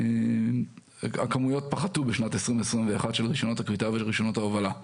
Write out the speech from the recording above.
אז הכמויות פחתו בשנת 2021 של רישיונות הכריתה ורישיונות ההובלה.